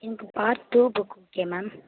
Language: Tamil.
எனக்கு part two book okay ma'am